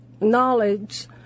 knowledge